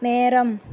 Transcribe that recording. நேரம்